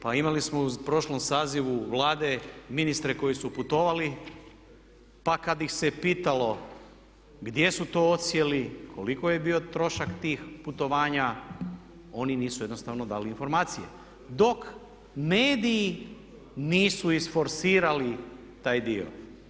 Pa imali smo u prošlom sazivu Vlade ministre koji su putovali pa kada ih se pitalo gdje su to odsjeli, koliko je bio trošak tih putovanja oni nisu jednostavno dali informacije dok mediji nisu isforsirali taj dio.